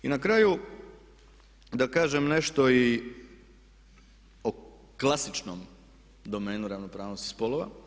I na kraju da kažem nešto i o klasičnoj domeni ravnopravnosti spolova.